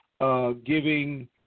Giving